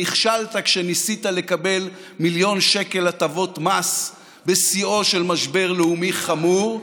נכשלת כשניסית לקבל מיליון שקל הטבות מס בשיאו של משבר לאומי חמור.